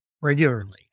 regularly